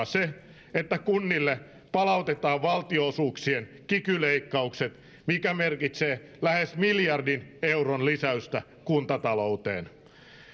se että kunnille palautetaan valtionosuuksien kiky leikkaukset mikä merkitsee lähes miljardin euron lisäystä kuntatalouteen